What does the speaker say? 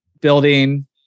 building